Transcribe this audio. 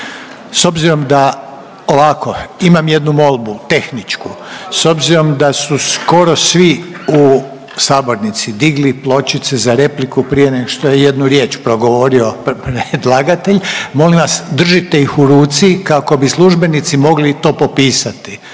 S obzirom da, ovako imam jednu molbu tehničku. S obzirom da su skoro svi u sabornici digli pločice za repliku prije nego što je jednu riječ progovorio predlagatelj, molim vas držite ih u ruci kako bi službenici mogli to popisati,